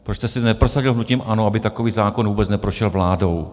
Proč jste si neprosadil hnutím ANO, aby takový zákon vůbec neprošel vládou?